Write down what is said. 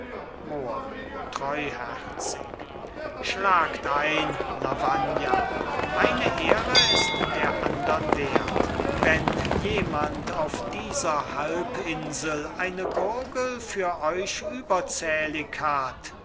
treuherzig schlagt ein lavagna eine ehre ist der andern wert wenn jemand auf dieser halbinsel eine gurgel für euch überzählig hat